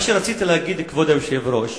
מה שרציתי להגיד, כבוד היושב-ראש,